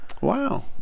Wow